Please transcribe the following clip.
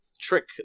trick